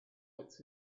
lights